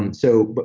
and so, but